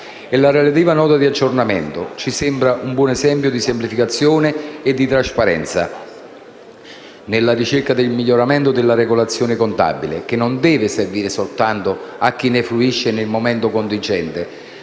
la relativa Nota di aggiornamento. Ci sembra un buon esempio di semplificazione e di trasparenza, nella ricerca del miglioramento della regolazione contabile, che non deve servire soltanto a chi ne fruisce nel momento contingente,